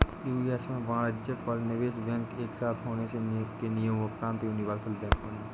US में वाणिज्यिक और निवेश बैंक एक साथ होने के नियम़ोंपरान्त यूनिवर्सल बैंक बने